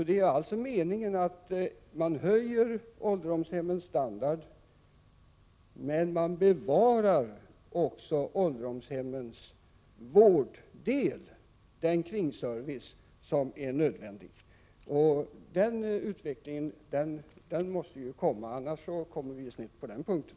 Det är alltså meningen att höja ålderdomshemmens standard men också att bevara ålderdomshemmens vårddel, dvs. den nödvändiga kringservicen. Den utvecklingen måste vi ha. Annars kommer vi snett på den punkten.